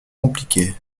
compliquée